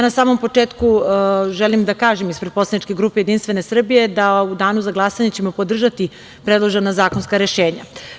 Na samom početku želim da kažem ispred Poslaničke grupe JS da u danu za glasanje ćemo podržati predložena zakonska rešenja.